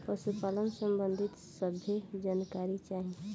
पशुपालन सबंधी सभे जानकारी चाही?